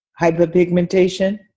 hyperpigmentation